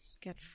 get